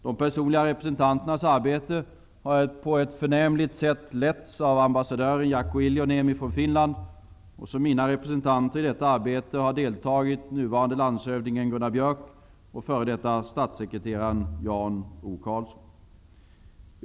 De personliga representanternas arbete har på ett förnämligt sätt letts av ambassadören Jaakko Iloniemi från Finland, och som mina representanter i detta arbete har deltagit nuvarande landshövdingen Gunnar Björck och f.d.